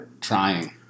Trying